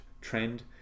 trend